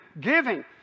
giving